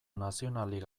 nazionalik